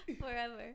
Forever